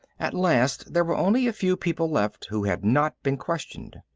at last there were only a few people left who had not been questioned.